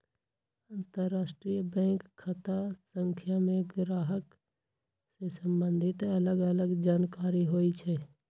अंतरराष्ट्रीय बैंक खता संख्या में गाहक से सम्बंधित अलग अलग जानकारि होइ छइ